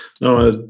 No